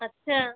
अच्छा